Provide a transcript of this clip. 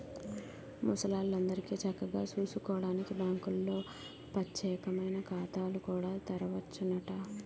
ముసలాల్లందరికీ చక్కగా సూసుకోడానికి బాంకుల్లో పచ్చేకమైన ఖాతాలు కూడా తెరవచ్చునట